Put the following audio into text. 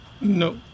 No